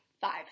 five